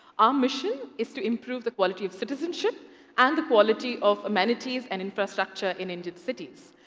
um mission is to improve the quality of citizenship and the quality of amenities and infrastructure in indian cities.